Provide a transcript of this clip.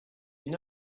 you